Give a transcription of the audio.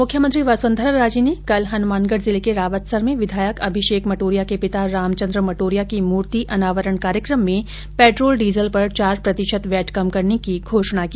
मुख्यमंत्री वसुन्धरा राजे ने कल हनुमानगढ़ जिले के रावतसर में विधायक अभिषेक मटोरिया के पिता रामचन्द्र मटोरिया की मूर्ति अनावरण कार्यक्रम में पेट्रोल डीजल पर चार प्रतिशत वैट कम करने की घोषणा की